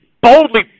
boldly